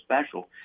special